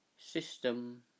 system